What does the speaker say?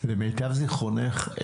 למיטב זיכרונך,